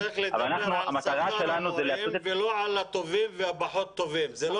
אבל המטרה שלנו זה לעשות את זה --- אני חושב שהאוצר